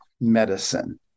medicine